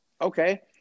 Okay